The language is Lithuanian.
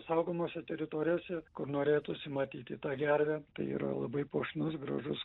saugomose teritorijose kur norėtųsi matyti tą gervę tai yra labai puošnus gražus